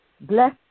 bless